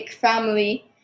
family